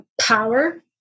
power